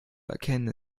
erkennen